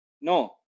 no